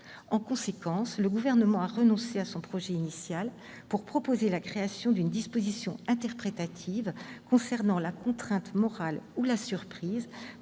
En conséquence, le Gouvernement a renoncé à son projet initial pour proposer la création d'une disposition interprétative concernant la contrainte morale ou la surprise